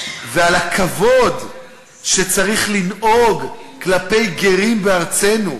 ועל הכבוד שצריך לנהוג כלפי גרים בארצנו.